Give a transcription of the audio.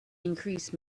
increase